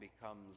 becomes